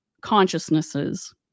consciousnesses